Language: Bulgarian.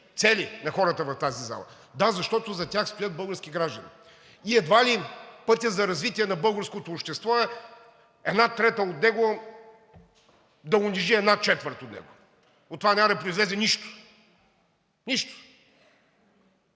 цели на хората в тази зала. Да, защото зад тях стоят български граждани, и едва ли пътят за развитие на българското общество е една трета от него да унижи една четвърт от него. От това няма да произлезе нищо. Нищо!